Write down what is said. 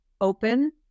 open